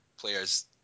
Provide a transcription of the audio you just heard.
players